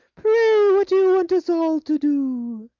pray what do you want us all to do?